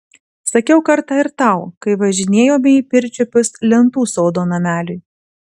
sakiau kartą ir tau kai važinėjome į pirčiupius lentų sodo nameliui